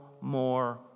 more